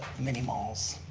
mini malls.